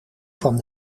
kwam